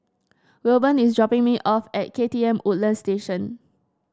Wilburn is dropping me off at K T M Woodlands Station